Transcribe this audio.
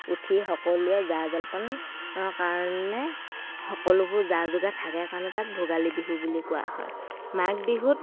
উঠি সকলোৱে জা জলপান ৰ কাৰণে সকলোবোৰ যা যোগাৰ থাকে কাৰণে তাক ভোগালী বিহু বুলি কোৱা হয় মাঘ বিহুত